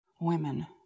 Women